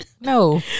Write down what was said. No